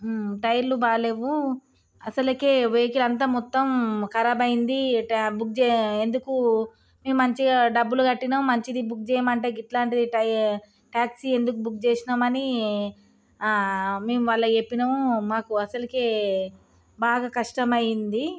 టైర్లు బాగలేవు అసలు వెహికల్ అంతా మొత్తం ఖరాబ్ అయింది ట బుక్ చే ఎందుకు మేము మంచిగా డబ్బులు కట్టిన్నాం మంచిది బుక్ చేయమంటే ఇట్లాంటిది టై ట్యాక్సీ ఎందుకు బుక్ చేసినాం అని మేము వాళ్ల చెప్పినాము మాకు అసలు బాగా కష్టమైంది